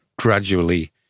gradually